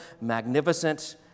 magnificent